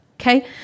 Okay